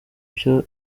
byo